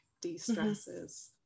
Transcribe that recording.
de-stresses